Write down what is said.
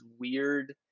weird